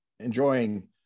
enjoying